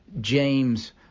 James